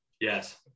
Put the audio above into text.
yes